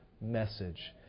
message